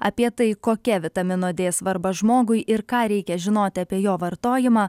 apie tai kokia vitamino dė svarba žmogui ir ką reikia žinoti apie jo vartojimą